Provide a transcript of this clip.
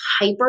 hyper